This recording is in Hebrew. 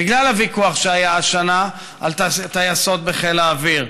בגלל הוויכוח שהיה השנה על טייסות בחיל האוויר.